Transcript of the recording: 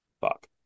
fuck